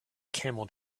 camel